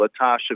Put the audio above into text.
Latasha